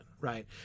right